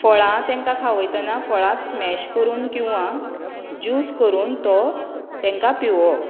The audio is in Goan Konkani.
फळां तांकां खावयतना फळां स्मेश करून किंवा ज्यूस करून तो तांकां पिवोवप